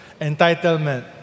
Entitlement